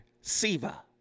Siva